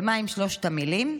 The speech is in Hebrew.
ומה הן שלוש המילים?